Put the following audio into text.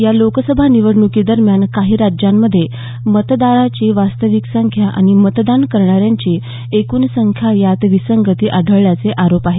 या लोकसभा निवडणुकीदरम्यान काही राज्यांमध्ये मतदारांची वास्तविक संख्या आणि मतदान करणाऱ्यांची एकूण संख्या यात विसंगती आढळल्याचे आरोप आहेत